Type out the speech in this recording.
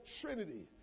trinity